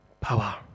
power